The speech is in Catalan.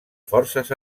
forces